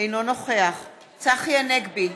אינו נוכח צחי הנגבי,